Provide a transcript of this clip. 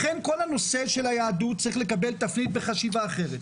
לכן כל הנושא של היהדות צריך לקבל תפנית וחשיבה אחרת.